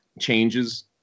changes